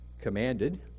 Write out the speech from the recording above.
commanded